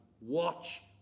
watch